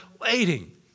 waiting